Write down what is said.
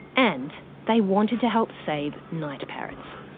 and they wanted to help save night parrots.